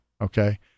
Okay